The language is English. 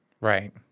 Right